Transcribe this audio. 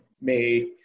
made